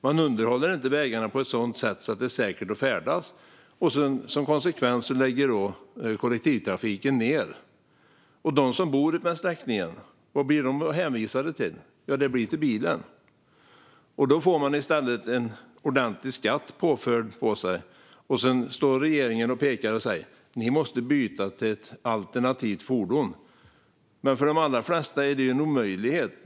Man underhåller inte vägarna på ett sådant sätt att det är säkert att färdas, och konsekvensen blir att kollektivtrafiken läggs ned. Och vad blir de som bor längs sträckningen hänvisade till? Jo, till bilen, och då påförs de i stället en ordentlig skatt. Sedan står regeringen och pekar och säger att man måste byta till alternativa fordon. Men för de allra flesta är detta en omöjlighet.